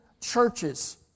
churches